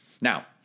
Now